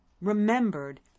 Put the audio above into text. remembered